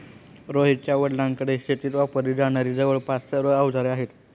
रोहितच्या वडिलांकडे शेतीत वापरली जाणारी जवळपास सर्व अवजारे आहेत